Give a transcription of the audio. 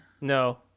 No